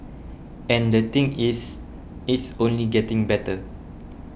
and the thing is it's only getting better